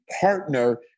partner